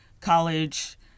college